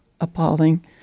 appalling